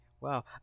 Wow